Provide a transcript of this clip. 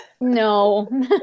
No